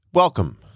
Welcome